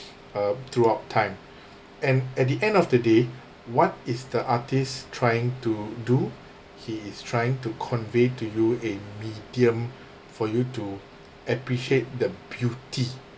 uh throughout time and at the end of the day what is the artist trying to do he is trying to convey to you a medium for you to appreciate the beauty